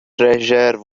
treasure